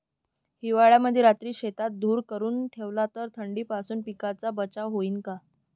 हिवाळ्यामंदी रात्री शेतात धुर करून ठेवला तर थंडीपासून पिकाचा बचाव होईन का?